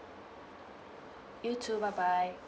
you too bye bye